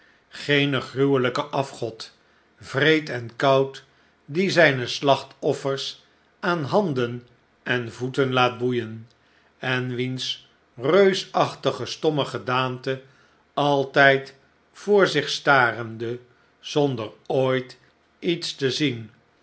geen gruwelijken afgod wreed en koud die zijne slachtoffers aan handen en voeten laat boeien en wiens reusachtige stomme gedaante altijd voor zich starende zonder ooit iets te zien